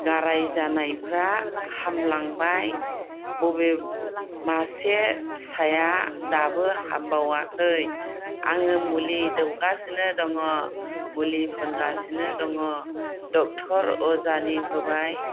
गाराय जानायफोरा हामलांबाय बबे मासे फिसाया दाबो हामबावाखै आङो मुलि दौगासिनो दङ मुलि फोनगासिनो दङ डक्ट'र अजानि होबाय